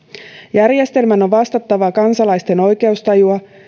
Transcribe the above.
järjestelmän on vastattava kansalaisten oikeustajua